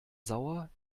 sauer